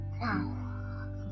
Wow